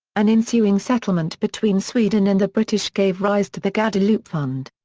an ensuing settlement between sweden and the british gave rise to the guadeloupe fund.